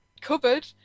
cupboard